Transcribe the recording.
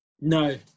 No